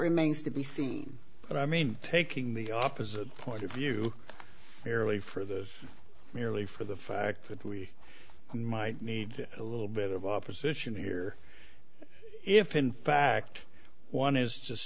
remains to be seen but i mean taking the opposite point of view fairly for those merely for the fact that we might need a little bit of opposition here if in fact one is just